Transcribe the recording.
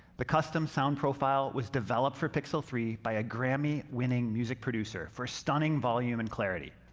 the custom sound profile was developed for pixel three by a grammy-winning music producer for stunning volume and clarity.